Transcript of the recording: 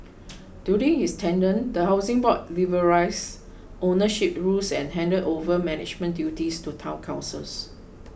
during his tenure the Housing Board liberalised ownership rules and handed over management duties to Town Councils